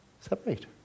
separate